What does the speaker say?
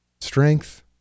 strength